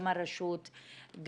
גם הרשות,